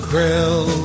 Grill